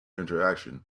interaction